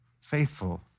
faithful